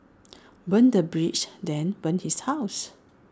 burn the bridge then burn his house